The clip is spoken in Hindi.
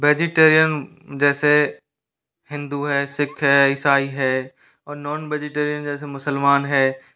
वेजीटेरियन जैसे हिंदू है सिख है ईसाई है और नॉन वेजिटेरियन जैसे मुसलमान है